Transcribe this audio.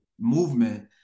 movement